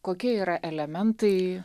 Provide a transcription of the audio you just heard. kokie yra elementai